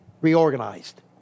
reorganized